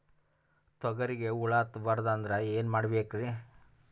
ತೊಗರಿಗ ಹುಳ ಹತ್ತಬಾರದು ಅಂದ್ರ ಏನ್ ಮಾಡಬೇಕ್ರಿ?